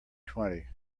twenty